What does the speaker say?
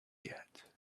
yet